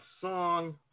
song